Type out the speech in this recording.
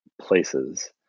places